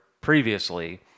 previously